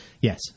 yes